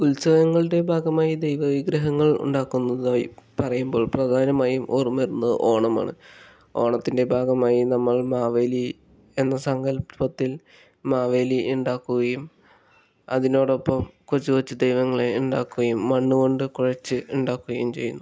ഉത്സവങ്ങളുടെ ഭാഗമായി ദൈവ വിഗ്രഹങ്ങൾ ഉണ്ടാക്കുന്നതായി പറയുമ്പോൾ പ്രധാനമായും ഓർമ്മ വരുന്നത് ഓണമാണ് ഓണത്തിൻ്റെ ഭാഗമായി നമ്മൾ മാവേലി എന്ന സങ്കല്പത്തിൽ മാവേലി ഉണ്ടാക്കുകയും അതിനോടൊപ്പം കൊച്ചു കൊച്ചു ദൈവങ്ങളെ ഉണ്ടാക്കുകയും മണ്ണുകൊണ്ട് കുഴച്ച് ഉണ്ടാക്കുകയും ചെയ്യുന്നു